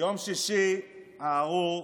יום שישי הארור,